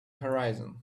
horizon